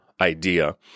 idea